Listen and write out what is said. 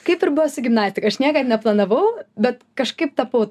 kaip ir buvo su gimnastika aš niekad neplanavau bet kažkaip tapau